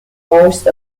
most